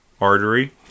artery